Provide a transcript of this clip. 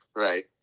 right.